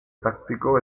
táctico